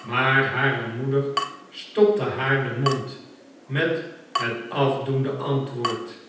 maar hare moeder stopte haar den mond met het afdoende antwoord